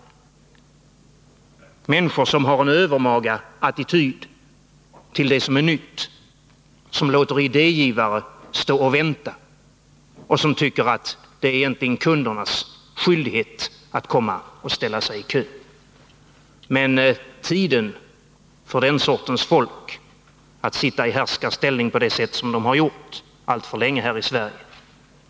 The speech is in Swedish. Det är människor som har en övermaga attityd till det som är nytt, som låter idégivare stå och vänta och som tycker att det egentligen är kundernas skyldighet att komma och ställa sig i kö. Men av allt att döma är tiden snart över för den sortens folk att på detta sätt sitta i härskarställning, något som de gjort alltför länge här i Sverige.